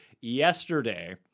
yesterday